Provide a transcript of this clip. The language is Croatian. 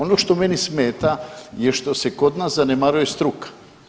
Ono što meni smeta je što se kod nas zanemaruje struka.